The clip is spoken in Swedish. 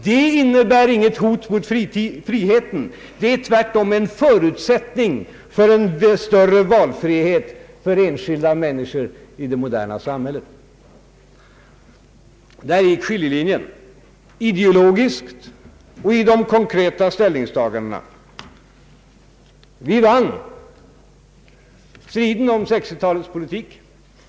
Det innebär inget hot mot friheten, det är tvärtom en förutsättning för en större valfrihet för enskilda människor i det moderna samhället. Där gick skiljelinjen, ideologiskt och i de konkreta ställningstagandena. Vi vann striden om 1960-talets politik.